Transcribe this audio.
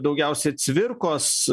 daugiausiai cvirkos